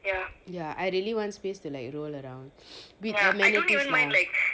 ya I really want space to like roll around with a magnitude